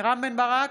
רם בן ברק,